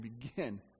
begin